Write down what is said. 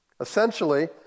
essentially